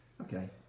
Okay